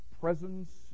presence